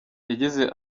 yagize